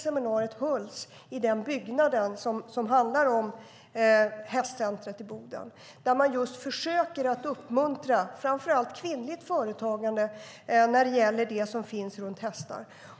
Seminariet hölls i den byggnad där det handlar om hästcentrumet i Boden. Man försöker uppmuntra framför allt kvinnligt företagande när det gäller det som finns runt hästar.